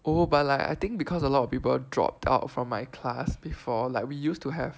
oh but like I think because a lot of people dropped out from my class before like we used to have